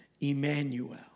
Emmanuel